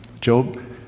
Job